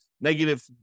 negative